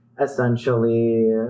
essentially